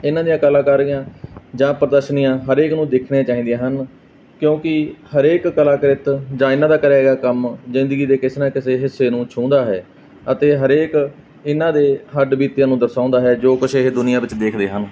ਇਹਨਾਂ ਦੀਆਂ ਕਲਾਕਾਰੀਆਂ ਜਾਂ ਪ੍ਰਦਰਸ਼ਨੀਆਂ ਹਰੇਕ ਨੂੰ ਦੇਖਣੀਆਂ ਚਾਹੀਦੀਆਂ ਹਨ ਕਿਉਂਕਿ ਹਰੇਕ ਕਲਾਕ੍ਰਿਤ ਜਾਂ ਇਹਨਾਂ ਦਾ ਕਰਿਆ ਗਿਆ ਕੰਮ ਜ਼ਿੰਦਗੀ ਦੇ ਕਿਸੇ ਨਾ ਕਿਸੇ ਹਿੱਸੇ ਨੂੰ ਛੂਹੰਦਾ ਹੈ ਅਤੇ ਹਰੇਕ ਇਹਨਾਂ ਦੇ ਹੱਡ ਬੀਤਿਆ ਨੂੰ ਦਰਸਾਉਂਦਾ ਹੈ ਜੋ ਕੁਛ ਇਹ ਦੁਨੀਆਂ ਵਿੱਚ ਦੇਖ ਰਹੇ ਹਨ